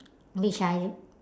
which I